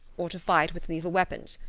or to fight with lethal weapons.